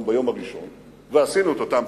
ביום הראשון ועשינו את אותם צעדים,